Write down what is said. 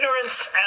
Ignorance